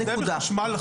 זה בחשמל.